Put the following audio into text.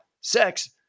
sex